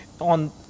on